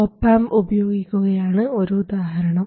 op amp ഉപയോഗിക്കുകയാണ് ഒരു ഉദാഹരണം